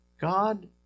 God